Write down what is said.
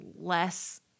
less